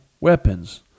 weapons